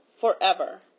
forever